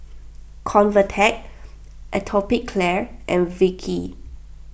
Convatec Atopiclair and Vichy